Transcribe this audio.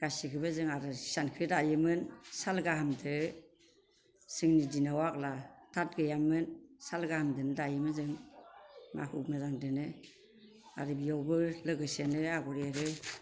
गासैखौबो जों आरो हिसान सि दायोमोन साल गाहानखौ जोंनि दिनाव आगोलो थाथ गैयामोन साल गाहानजोंनो दायोमोन जों माखु गोजाजोंनो आरो बेयावबो लोगोसेनो आगर एरो